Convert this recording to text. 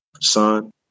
son